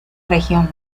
región